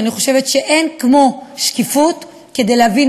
כי אני חושבת שאין כמו שקיפות כדי לאפשר להבין